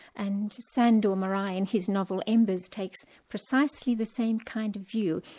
and sandor marai in his novel, embers takes precisely the same kind of view,